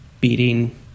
beating